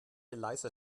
leiser